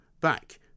back